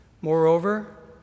Moreover